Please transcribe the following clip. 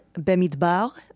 Bemidbar